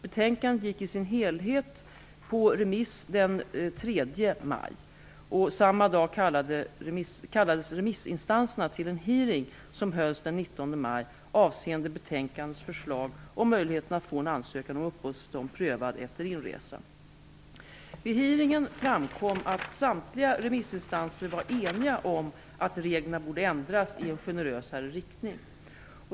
Betänkandet gick i sin helhet på remiss den 3 maj, och samma dag kallades remissinstanserna till en hearing som hölls den 19 maj avseende betänkandets förslag om möjligheten att få en ansökan om uppehållstillstånd prövad efter inresa. Vid hearingen framkom att samtliga remissinstanser var eniga om att reglerna borde ändras i en generösare riktning.